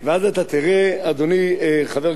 אדוני חבר הכנסת דניאל בן-סימון,